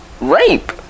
Rape